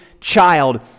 child